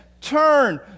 turn